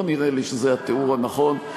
לא נראה לי שזה התיאור הנכון.